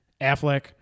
Affleck